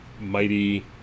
mighty